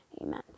Amen